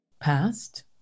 past